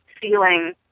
feeling